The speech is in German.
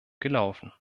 gelaufen